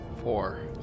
Four